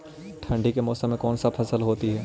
ठंडी के मौसम में कौन सा फसल होती है?